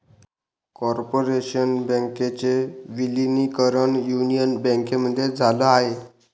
corporation बँकेचे विलीनीकरण union बँकेमध्ये झाल आहे